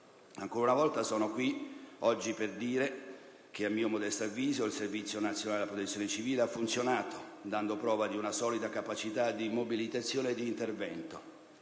Ancora una volta sono qui oggi per dire che, a mio modesto avviso, il Servizio nazionale della protezione civile ha funzionato, dando prova di una solida capacità di mobilitazione e di intervento,